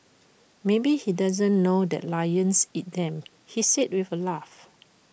maybe he doesn't know that lions eat them he said with A laugh